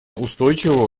устойчивого